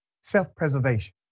self-preservation